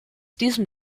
diesem